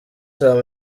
ham